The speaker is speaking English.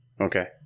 Okay